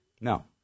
No